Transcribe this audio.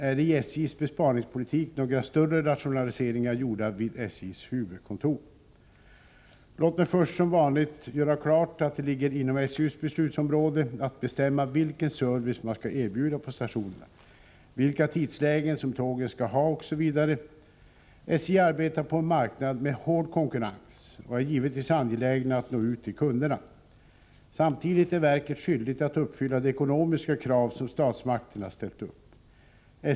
Är det i SJ:s besparingspolitik några större rationaliseringar gjorda vid SJ:s huvudkontor? Låt mig först som vanligt göra klart att det ligger inom SJ:s beslutsområde att bestämma vilken service man skall erbjuda på stationerna, vilka tidslägen som tågen skall ha osv. SJ arbetar på en marknad med hård konkurrens och är givetvis angelägna att nå ut till kunderna. Samtidigt är verket skyldigt att uppfylla de ekonomiska krav som statsmakterna ställt upp.